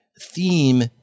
Theme